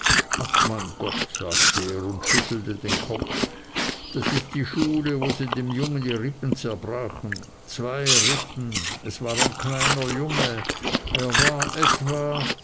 ach mein gott sagte er und schüttelte den kopf das ist die schule wo sie dem jungen die rippen zerbrachen zwei rippen es war ein kleiner junge er war etwa